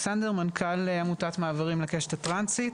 מנכ"ל עמותת מעברים לקשת הטרנסית.